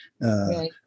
right